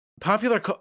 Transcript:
Popular